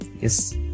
Yes